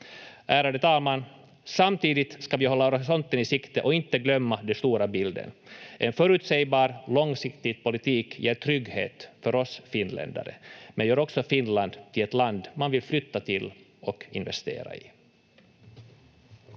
Ärade talman! Samtidigt ska vi hålla horisonten i sikte och inte glömma den stora bilden. En förutsägbar, långsiktig politik ger trygghet för oss finländare men gör också Finland till ett land man vill flytta till och investera i.